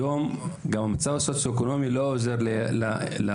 היום גם המצב הסוציו-אקונומי לא עוזר להורים